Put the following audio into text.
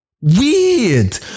Weird